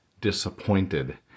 Disappointed